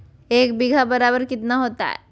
एक बीघा बराबर कितना होता है?